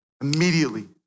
Immediately